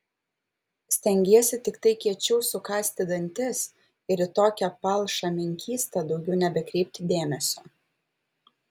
stengiesi tiktai kiečiau sukąsti dantis ir į tokią palšą menkystą daugiau nebekreipti dėmesio